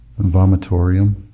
vomitorium